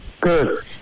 Good